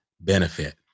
benefit